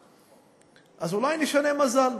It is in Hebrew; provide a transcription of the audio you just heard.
אז אולי נשנה מזל?